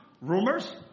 rumors